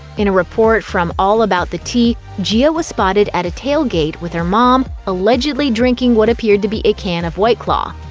in a report from all about the tea, gia ah was spotted at a tailgate with her mom, allegedly drinking what appeared to be a can of white claw.